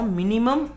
minimum